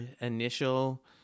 initial